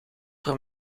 voor